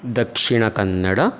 Dakshina Kannada